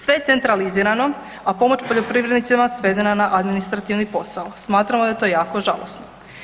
Sve je centralizirano, a pomoć poljoprivrednicima svedena na administrativni posao, smatramo da je to jako žalosno.